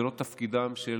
זה לא תפקידם של